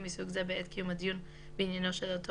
מסוג זה בעת קיום הדיון בעניינו של אותו